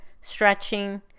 stretching